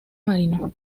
marino